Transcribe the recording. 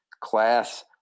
class